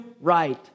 right